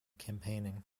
campaigning